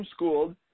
homeschooled